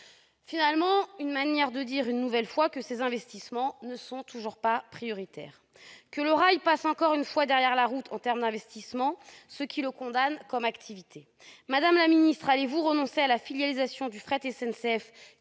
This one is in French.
programmations »- manière de dire que ces investissements ne sont toujours pas prioritaires et que le rail passe encore une fois derrière la route en termes d'investissements, ce qui le condamne comme activité. Madame la secrétaire d'État, allez-vous renoncer à la filialisation de Fret SNCF,